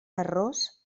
arròs